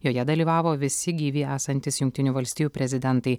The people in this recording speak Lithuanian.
joje dalyvavo visi gyvi esantys jungtinių valstijų prezidentai